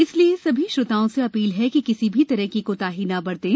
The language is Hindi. इसलिए सभी श्रोताओं से अपील है कि किसी भी तरह की कोताही न बरतें